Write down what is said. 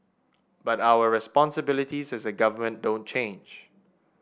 but our responsibilities as a government don't change